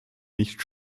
nicht